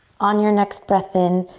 on your next breath in,